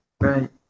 Right